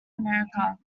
america